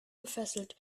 gefesselt